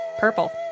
purple